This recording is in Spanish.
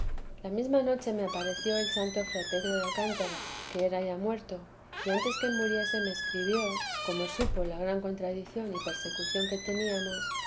la mesma noche me apareció el santo fray pedro de alcántara que era ya muerto y antes que muriese me escribió como supo la gran contradición y persecución que teníamos